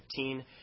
2015